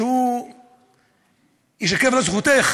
שייזקף לזכותך,